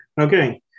Okay